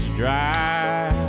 dry